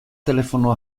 telefono